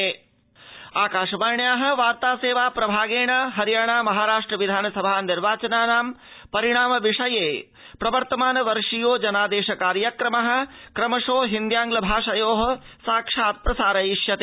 आवश्यकोद्वोषणा आकाशवाण्या वार्तासेवाप्रभागेण हरियाणा महाराष्ट्र विधानसभा निर्वाचनानां परिणामविषये प्रवर्तमान वर्षीयो जनादेश कार्यक्रम क्रमशो हिन्द्यांग्ल भाषयो साक्षात् प्रसारयिष्यते